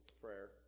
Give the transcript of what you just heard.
prayer